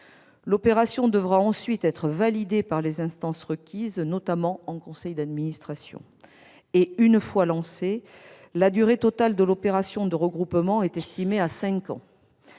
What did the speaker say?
L'opération devra ensuite être validée par les instances requises, notamment en conseil d'administration. Une fois lancée, la durée totale de l'opération de regroupement est estimée à cinq ans.